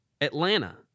Atlanta